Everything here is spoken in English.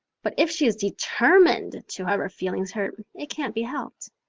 but if she is determined to have her feelings hurt it can't be helped.